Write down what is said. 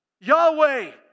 Yahweh